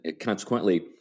consequently